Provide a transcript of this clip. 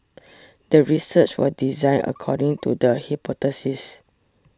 the research was designed according to the hypothesis